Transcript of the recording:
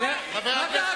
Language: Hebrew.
מה קרה?